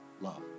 love